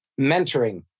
mentoring